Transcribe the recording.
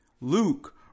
Luke